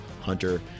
hunter